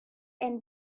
and